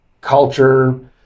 culture